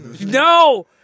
No